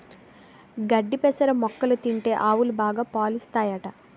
గడ్డి పెసర మొక్కలు తింటే ఆవులు బాగా పాలుస్తాయట